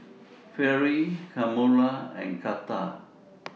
Vere Kamora and Carter